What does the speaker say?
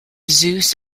zeus